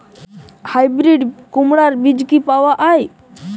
Hybrid কুমড়ার বীজ কি পাওয়া য়ায়?